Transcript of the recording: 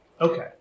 Okay